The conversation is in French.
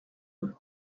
deux